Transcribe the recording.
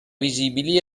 visibili